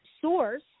Source